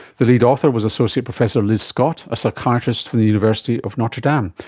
the lead author was associate professor liz scott, a psychiatrist from the university of notre dame.